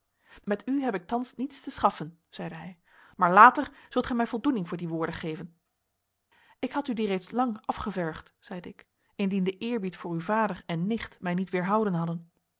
met u heb ik thans niets te schaffen zeide hij maar later zult gij mij voldoening voor die woorden geven ik had u die reeds lang afgevergd zeide ik indien de eerbied voor uw vader en nicht mij niet weerhouden hadden